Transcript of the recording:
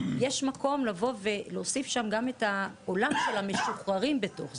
יש מקום לבוא ולהוסיף שם גם את העולם של המשוחררים בתוך זה.